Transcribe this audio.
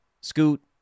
Scoot